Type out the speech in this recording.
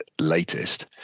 latest